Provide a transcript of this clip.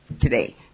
today